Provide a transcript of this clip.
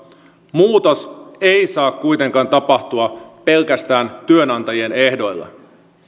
muutos ei saa kuitenkaan tapahtua pelkästään työnantajien ehdoilla